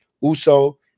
Uso